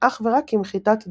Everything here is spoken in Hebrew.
אך ורק עם חיטת דורום.